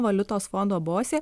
valiutos fondo bosė